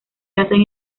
yacen